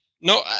No